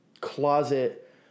closet